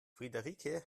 friederike